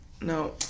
No